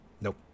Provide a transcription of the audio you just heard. nope